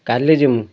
କାଲି ଯିମୁ